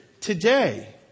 today